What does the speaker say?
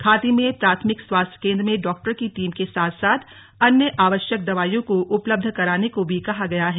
खाती में प्राथमिक स्वास्थ्य केंद्र में डॉक्टर की टीम के साथ साथ अन्य आवश्यक दवाइयों को उपलब्ध कराने को भी कहा गया है